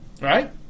right